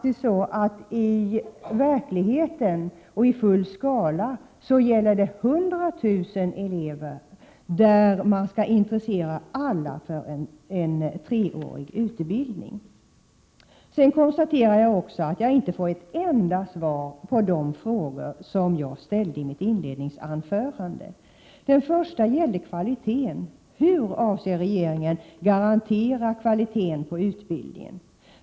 I verkligheten och i full skala kommer det att handla om att intressera 100 000 elever för en treårig utbildning. Jag fick inte ett enda svar på de frågor som jag ställde i mitt inledningsanförande. Den första gällde kvaliteten. Hur avser regeringen att garantera kvaliteten på utbildningen?